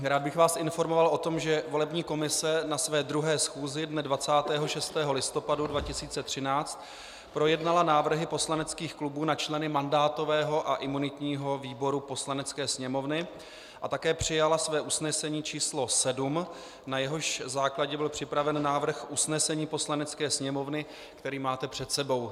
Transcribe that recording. Rád bych vás informoval o tom, že volební komise na své druhé schůzi dne 26. listopadu 2013 projednala návrhy poslaneckých klubů na členy mandátového a imunitního výboru Poslanecké sněmovny a také přijala své usnesení číslo 7, na jehož základě byl připraven návrh usnesení Poslanecké sněmovny, který máte před sebou.